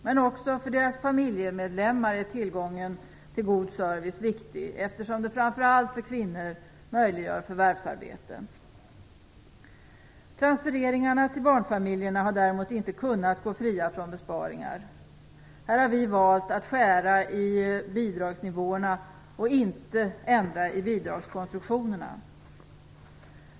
Men också för deras familjemedlemmar är tillgången till god service viktig, eftersom det framför allt möjliggör förvärvsarbete för kvinnor. Transfereringarna till barnfamiljerna har däremot inte kunnat gå fria från besparingar. Här har vi valt att skära i bidragsnivåerna och inte ändra i bidragskonstruktionerna.